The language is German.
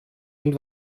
und